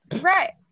Right